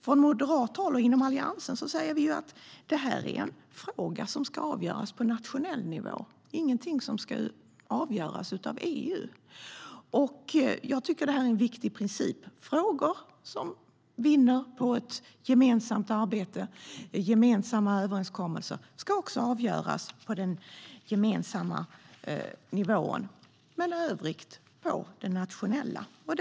Från moderat håll och inom Alliansen säger vi att det är en fråga som ska avgöras på nationell nivå. Det är ingenting som ska avgöras av EU. Det är en viktig princip. Frågor som vinner på ett gemensamt arbete och gemensamma överenskommelser ska också avgöras på den gemensamma nivån, övriga frågor på den nationella nivån.